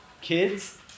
kids